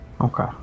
okay